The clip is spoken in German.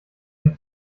mich